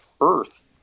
Earth